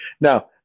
Now